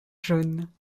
jaune